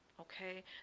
okay